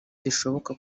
zishoboka